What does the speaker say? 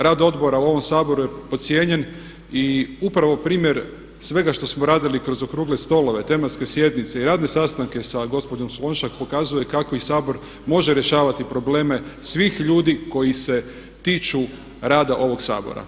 Rad odbora u ovom Saboru je podcijenjen i upravo primjer svega što smo radili kroz okrugle stolove, tematske sjednice i radne sastanke sa gospođom Slonjšak pokazuje kako i Sabor može rješavati probleme svih ljudi koji se tiču rada ovog Sabora.